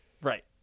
Right